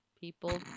people